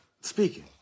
speaking